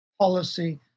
policy